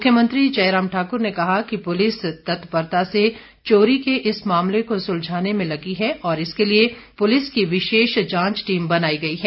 मुख्यमंत्री जयराम ठाक्र ने कहा कि पुलिस तत्परता से चोरी के इस मामले को सुलझाने में लगी है और इसके लिए पुलिस की विशेष जांच टीम बनाई गई है